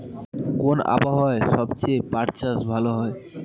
কোন আবহাওয়ায় সবচেয়ে পাট চাষ ভালো হয়?